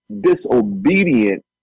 disobedient